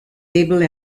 able